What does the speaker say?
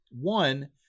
One